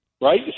right